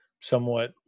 somewhat